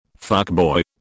Fuckboy